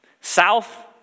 South